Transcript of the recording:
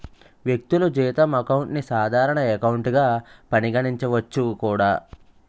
వ్యక్తులు జీతం అకౌంట్ ని సాధారణ ఎకౌంట్ గా పరిగణించవచ్చు కూడా